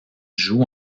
joue